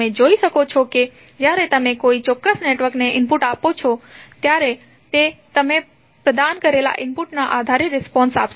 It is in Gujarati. તમે જોઈ શકો છો કે જ્યારે તમે કોઈ ચોક્ક્સ નેટવર્ક ને ઇનપુટ આપો છો ત્યારે તે તમે પ્રદાન કરેલા ઇનપુટના આધારે રિસ્પોન્સ આપશે